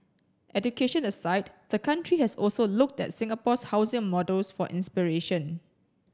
education aside the country has also looked at Singapore's housing models for inspiration